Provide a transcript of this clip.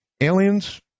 Aliens